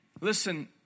Listen